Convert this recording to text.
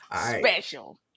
Special